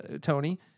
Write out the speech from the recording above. Tony